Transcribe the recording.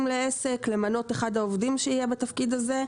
לעסק ולמנות את אחד העובדים לתפקיד הזה,